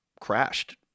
crashed